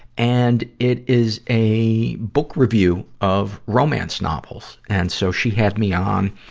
and it is a book review of romance novels. and so, she had me on,